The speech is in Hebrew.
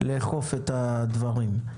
לאכוף את הדברים.